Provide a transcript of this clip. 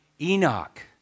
Enoch